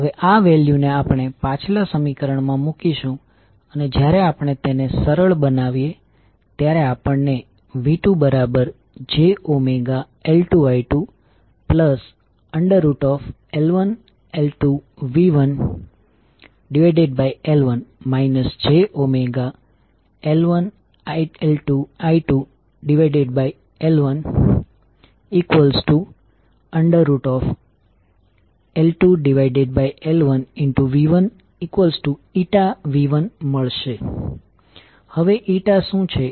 હવે આ વેલ્યુ ને આપણે પાછલા સમીકરણમાં મૂકીશું અને જ્યારે આપણે તેને સરળ બનાવીએ ત્યારે આપણને V2jωL2I2L1L2V1L1 jωL1L2I2L1L2L1V1nV1 મળશે હવે n શું છે